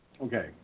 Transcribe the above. okay